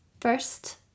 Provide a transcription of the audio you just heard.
First